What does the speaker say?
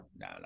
no